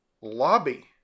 lobby